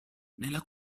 nella